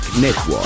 Network